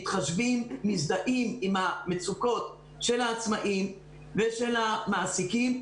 מתחשבים מזדהים עם המצוקות של העצמאים ושל המעסיקים,